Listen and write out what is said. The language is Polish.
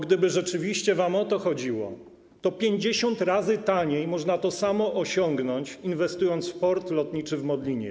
Gdyby rzeczywiście wam o to chodziło, to 50 razy taniej można to samo osiągnąć, inwestując w port lotniczy w Modlinie.